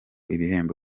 ibihembo